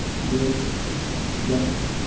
great judge,